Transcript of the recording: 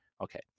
Okay